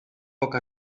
poc